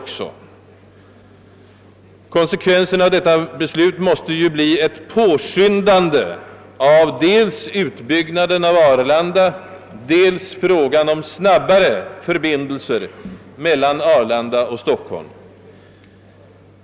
Konsekvensen av detta beslut måste bli ett påskyndande av dels utbyggnaden av Arlanda, dels behandlingen av frågan om snabbare förbindelser mellan Arlanda och Stockholm.